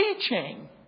teaching